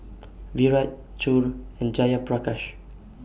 Virat Choor and Jayaprakash